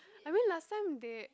I mean last time they